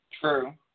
True